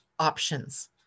options